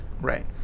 right